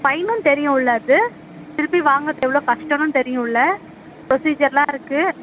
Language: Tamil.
ஃபைனுன்னு தெரியும்ல அது திருப்பி வாங்குகிறது எவ்வளோ கஷ்டம்னு தெரியும்ல புரொஸிஜர்லாம் இருக்குது